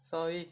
sorry